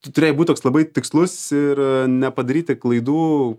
tu turėjai būti toks labai tikslus ir nepadaryti klaidų